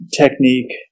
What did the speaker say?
technique